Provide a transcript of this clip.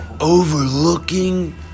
Overlooking